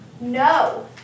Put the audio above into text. No